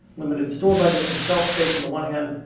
limited store budget and shelf space on the one hand,